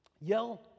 yell